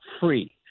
free